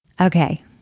Okay